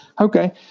okay